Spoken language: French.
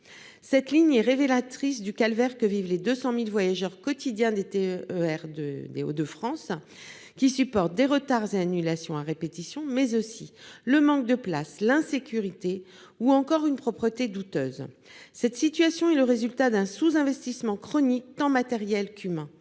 Cette ligne est révélatrice du calvaire que vivent les 200 000 voyageurs quotidiens des TER des Hauts-de-France, qui supportent des retards et annulations à répétition, mais aussi le manque de place, l'insécurité ou encore une propreté douteuse. Cette situation est le résultat d'un sous-investissement chronique, tant matériel qu'humain.